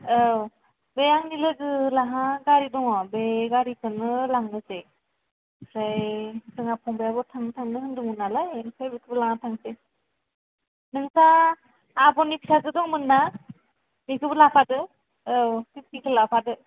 औ बे आंनि लोगो मोनहा गारि दङ बे गारिखौनो लांनोसै ओमफ्राय जोंहा फंबाइयाबो थांनो थांनो होनदोंमोन नालाय ओमफ्राय बेखौबो लाना थांसै नोंसा आब'नि फिसाजों दंमोन ना बिखौबो लाफादो औ टिक्लिखौ लाफादो